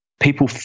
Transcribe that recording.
People